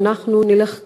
ואנחנו נלך אחורה.